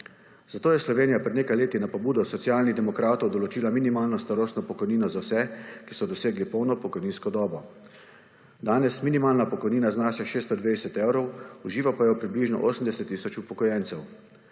Zato je Slovenija pred nekaj leti na pobudo Socialnih demokratov določila minimalno starostno pokojnino za vse, ki so dosegli polno pokojninsko dobo. Danes minimalna pokojnina znaša 620 evrov, uživa pa jo približno 80 tisoč upokojencev.